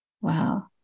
Wow